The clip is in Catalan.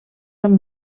amb